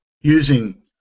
using